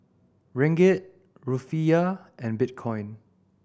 Ringgit Rufiyaa and Bitcoin